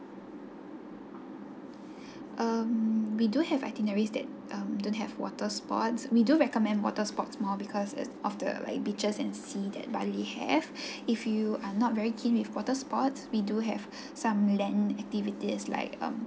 um we do have itineraries that don't have water sports we do recommend water sports more because as of the like beaches and sea that bali have if you are not very keen with water sports we do have some land activities like um